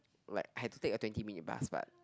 like I had to take a twenty minutes bus but